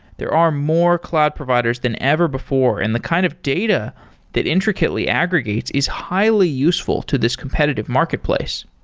there are more cloud providers than ever before and the kind of data that intricately aggregates is highly useful to this competitive marketplace.